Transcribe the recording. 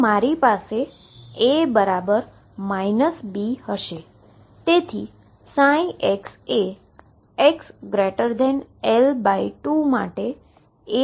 તે માટે મારી પાસે A B હશે